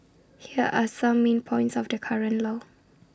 here are some main points of the current law